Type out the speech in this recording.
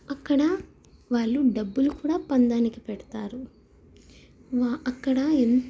అక్కడ వాళ్ళు డబ్బులు కూడా పందానికి పెడతారు వా అక్కడ ఏ